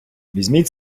візьміть